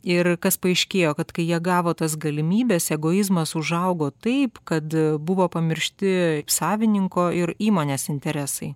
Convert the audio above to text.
ir kas paaiškėjo kad kai jie gavo tas galimybes egoizmas užaugo taip kad buvo pamiršti savininko ir įmonės interesai